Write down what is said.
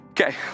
Okay